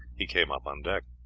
he came up on deck.